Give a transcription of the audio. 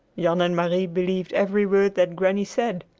jan and marie believed every word that granny said.